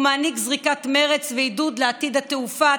הוא מעניק זריקת מרץ ועידוד לעתיד התעופה,